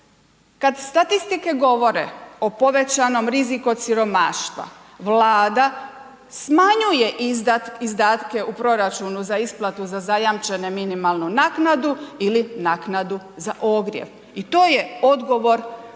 kad statistike govore o povećanom riziku od siromaštva, Vlada smanjuje izdatke u proračunu za isplatu za zajamčene minimalnu naknadu ili naknadu za ogrijev, i to je odgovor na